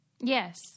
Yes